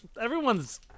everyone's